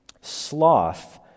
Sloth